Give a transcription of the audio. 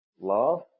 love